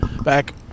back